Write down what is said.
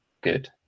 good